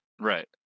Right